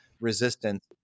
Resistance